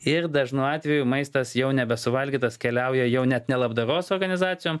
ir dažnu atveju maistas jau nebesuvalgytos keliauja jau net ne labdaros organizacijom